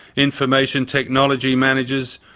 information technology managers,